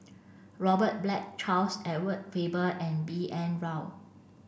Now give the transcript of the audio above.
Robert Black Charles Edward Faber and B N Rao